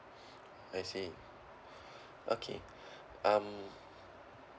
I see okay um